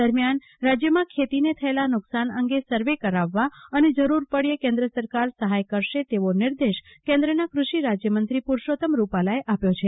દરમ્યાન રાજ્યમાં ખેતીને થયેલા નુકશાન અંગે સર્વે કરાવવા અને જરૂર પડ્યે કેન્દ્ર સરકાર સફાય કરશે તેવો નિર્દેશ કેન્દ્રના કૃષિ રાજ્યમંત્રી પુરૂસોત્તમ ભાઈ રૂપાલા આપ્યો છે